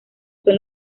son